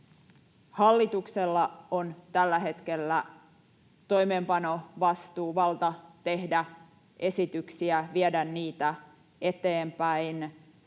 Hallituksella on tällä hetkellä toimeenpanovastuu, valta tehdä esityksiä, viedä niitä eteenpäin.